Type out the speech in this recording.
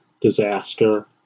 Disaster